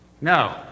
No